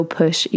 push